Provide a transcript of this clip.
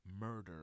Murder